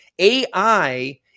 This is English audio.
AI